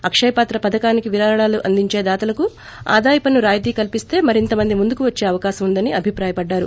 అక్షయపాత్ర పధకానికి విరాళాలు అందించే దాతలకు ఆదాయపన్ను రాయితీ కల్పిస్త మరింత మంది ముందుకు వచ్చే అవకాశం ఉందని అభిప్రాయపడ్డారు